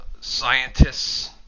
scientists